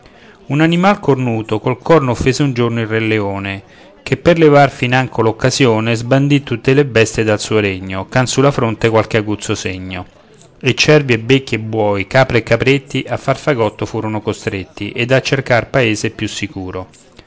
un animal cornuto col corno offese un giorno il re leone che per levar fin anco l'occasione sbandì tutte le bestie dal suo regno ch'han sulla fronte qualche aguzzo segno e cervi e becchi e buoi capre e capretti a far fagotto furono costretti ed a cercar paese più sicuro